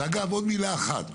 ועוד מילה אחת,